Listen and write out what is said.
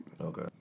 Okay